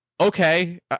okay